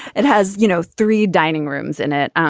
it has, you know, three dining rooms in it.